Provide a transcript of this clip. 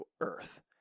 earth